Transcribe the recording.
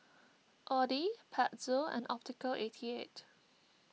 Audi Pezzo and Optical eighty eight